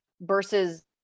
versus